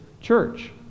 church